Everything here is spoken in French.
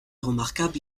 remarquable